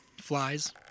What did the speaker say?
flies